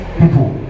people